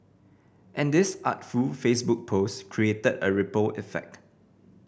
and this artful Facebook post created a ripple effect